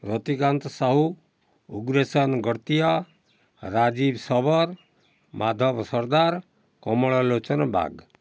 Ratikanta Sahu Ugrasen Gartia Rajib Sabar Madhab Sardar Kamala Lochan Bag